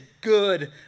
good